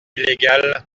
illégale